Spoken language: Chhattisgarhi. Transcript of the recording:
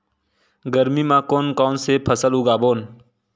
गरमी मा कोन कौन से फसल उगाबोन?